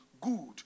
good